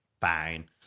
fine